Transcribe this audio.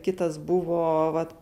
kitas buvo vat